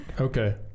Okay